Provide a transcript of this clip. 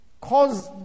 cause